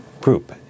group